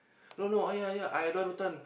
no no ah ya ya I don't want rotan